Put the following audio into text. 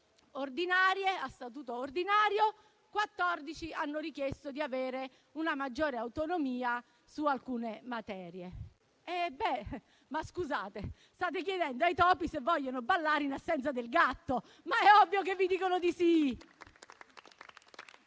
ordinario, quattordici hanno richiesto di avere una maggiore autonomia su alcune materie. Ma scusate: state chiedendo ai topi se vogliono ballare in assenza del gatto? È ovvio che vi dicano di sì.